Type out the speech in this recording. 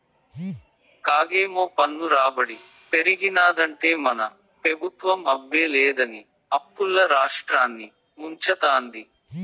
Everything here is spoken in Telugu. కాగేమో పన్ను రాబడి పెరిగినాదంటే మన పెబుత్వం అబ్బే లేదని అప్పుల్ల రాష్ట్రాన్ని ముంచతాంది